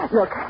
Look